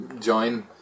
join